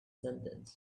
sentence